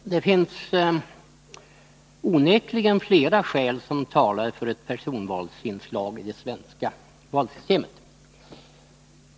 Fru talman! Det finns onekligen flera skäl som talar för ett personvalsinslag i det svenska valsystemet.